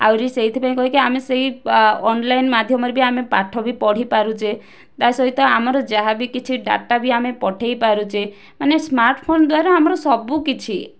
ଆହୁରି ସେଇଥିପାଇଁ କହିକି ଆମେ ସେଇ ଅନଲାଇନ୍ ମାଧ୍ୟମରେ ବି ଆମେ ପାଠ ବି ପଢ଼ି ପାରୁଛେ ତା ସହିତ ଆମର ଯାହାବି କିଛି ଡାଟା ବି ଆମେ ପଠେଇ ପାରୁଛେ ମାନେ ସ୍ମାର୍ଟଫୋନ୍ ଦ୍ଵାରା ଆମର ସବୁକିଛି